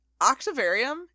Octavarium